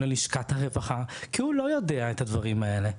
ללשכת הרווחה כי הוא לא יודע את הדברים האלה,